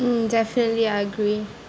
mm definitely I agree